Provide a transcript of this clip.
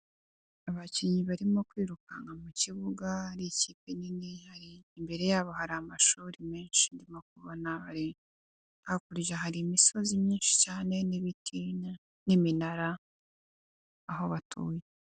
Abakinnyi barimo kwirukanka mu kibuga hari ikipe nini ihari, imbere yabo hari amashuri menshi ndimo kubona, hakurya hari imisozi myinshi cyane n'ibiti n'iminara aho batuye.